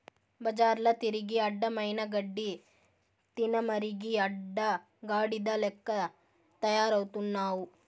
బజార్ల తిరిగి అడ్డమైన గడ్డి తినమరిగి అడ్డగాడిద లెక్క తయారవుతున్నావు